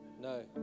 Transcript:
no